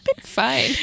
fine